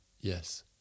Yes